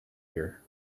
here